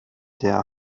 der